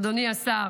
אדוני השר,